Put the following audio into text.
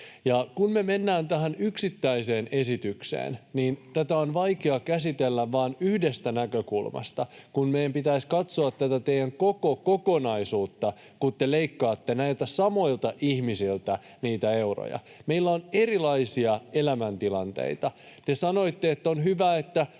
kun me mennään tähän yksittäiseen esitykseen, niin tätä on vaikea käsitellä vain yhdestä näkökulmasta, kun meidän pitäisi katsoa tätä teidän koko kokonaisuuttanne, kun te leikkaatte näiltä samoilta ihmisiltä niitä euroja. Meillä on erilaisia elämäntilanteita. Te sanoitte, että on hyvä, että